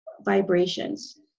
vibrations